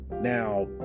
Now